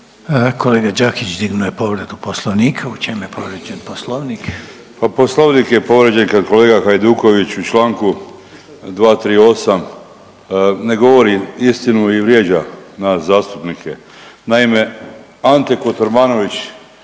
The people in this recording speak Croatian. Kolega Đakić dignuo je povredu poslovnika. U čemu je povrijeđen poslovnik? **Đakić, Josip (HDZ)** Pa poslovnik je povrijeđen kad kolega Hajduković u čl. 238. ne govori istinu i vrijeđa nas zastupnike. Naime, Ante Kotromanović